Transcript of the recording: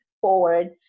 forward